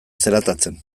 zelatatzen